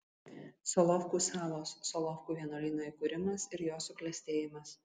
solovkų salos solovkų vienuolyno įkūrimas ir jo suklestėjimas